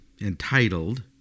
entitled